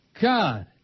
God